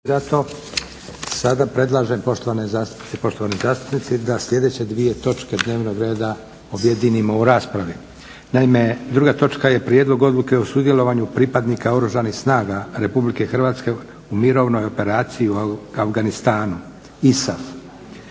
zastupnice, poštovani zastupnici, da sljedeće dvije točke dnevnog reda objedinimo u raspravi. To su - Prijedlog odluke o sudjelovanju pripadnika Oružanih snaga Republike Hrvatske u mirovnoj operaciji u Afganistanu (ISAF)